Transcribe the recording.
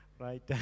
Right